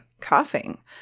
coughing